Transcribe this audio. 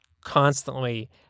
constantly